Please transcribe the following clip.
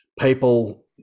people